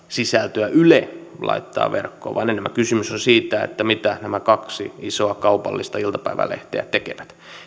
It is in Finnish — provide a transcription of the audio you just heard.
sisältöä yle laittaa verkkoon vaan enemmänkin kysymys on siitä mitä nämä kaksi isoa kaupallista iltapäivälehteä tekevät